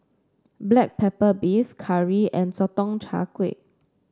Black Pepper Beef curry and Sotong Char Kway